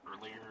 Earlier